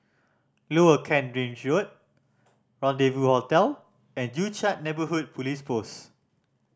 Lower Kent Ridge Road Rendezvou Hotel and Joo Chiat Neighbourhood Police Post